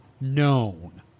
Known